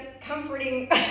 comforting